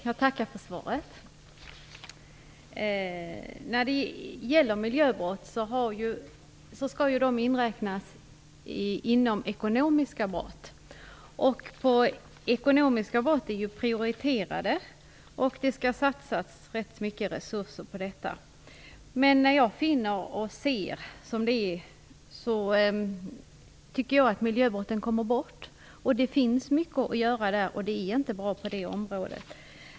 Herr talman! Jag tackar för svaret. Miljöbrotten skall ju räknas in i de ekonomiska brotten. Ekonomiska brott är prioriterade, och det skall satsas rätt mycket resurser på dessa. Men jag tycker att miljöbrotten kommer bort i sammanhanget, och det är inte bra. Det återstår mycket att göra.